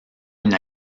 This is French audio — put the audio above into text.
une